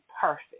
perfect